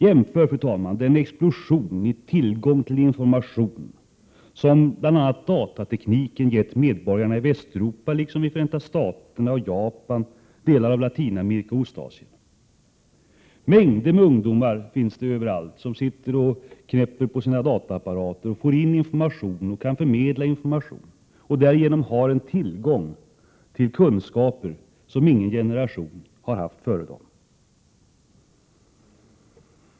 Jämför, fru talman, den explosion i tillgång till information som bl.a. datatekniken givit medborgarna i Västeuropa liksom i Förenta Staterna och Japan, i delar av Latinamerika och i Ostasien. Överallt där finns det mängder 65 med ungdomar som sitter och knäpper på sina dataapparater, får in och kan förmedla information. De har därigenom tillgång till kunskaper som ingen generation före dem har haft.